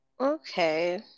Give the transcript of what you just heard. Okay